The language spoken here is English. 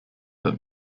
that